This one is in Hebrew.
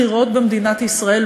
בחירות במדינת ישראל,